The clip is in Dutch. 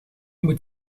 moet